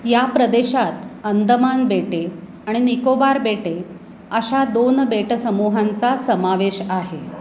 या प्रदेशात अंदमान बेटे आणि निकोबार बेटे अशा दोन बेट समूहांचा समावेश आहे